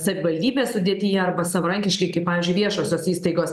savivaldybės sudėtyje arba savarankiškai kaip pavyzdžiui viešosios įstaigos